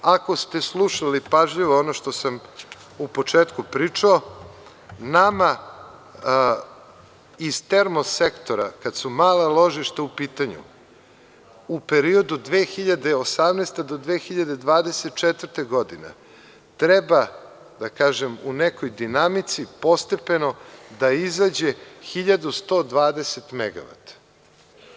Ako ste slušali pažljivo ono što sam u početku pričao, nama iz termo-sektora, kada su mala ložišta u pitanju, u periodu 2018. do 2024. godine treba, da kažem, u nekoj dinamici postepeno da izađe 1.120 megavata.